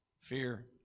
fear